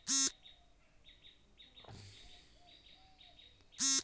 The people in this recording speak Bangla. হামাদের জমিতে অনেইক রাখাল ছাওয়ালরা চাষ করে ফসল ফলাং